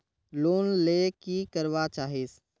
Loan ले की करवा चाहीस?